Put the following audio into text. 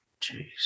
Jeez